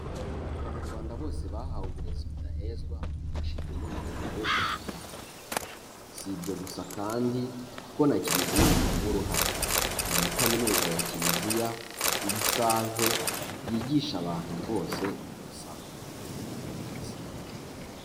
Abanyarwanda bose bahawe uburezi budahezwa babifashijwemo na Leta y'u Rwanda, si ibyo gusa kandi kuko na kiliziya ibigiramo uruhare, hari na kaminuza ya kiliziya iba i Save yigisha abantu rwose ugasanga bafite ubumenyi bwiza.